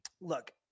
Look